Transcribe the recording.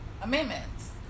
Amendments